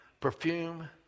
perfume